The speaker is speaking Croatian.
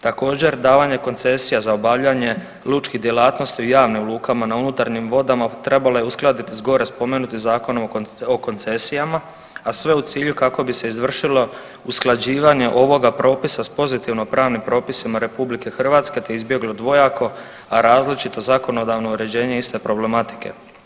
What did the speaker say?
Također davanje koncesija za obavljanje lučkih djelatnosti u javnim lukama na unutarnjim vodama trebalo je uskladiti s gore spomenutim Zakonom o koncesijama, a sve u cilju kako bi se izvršilo usklađivanje ovoga propisa s pozitivno pravnim propisima RH, te izbjeglo dvojako, a različito zakonodavno uređenje iste problematike.